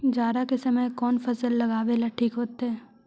जाड़ा के समय कौन फसल लगावेला ठिक होतइ?